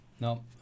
No